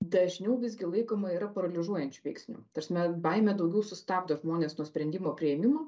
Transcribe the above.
dažniau visgi laikoma yra paralyžiuojančiu veiksniu ta prasme baimė daugiau sustabdo žmones nuo sprendimų priėmimo